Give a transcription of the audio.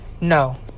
No